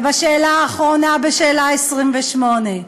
ובשאלה האחרונה, בשאלה 28: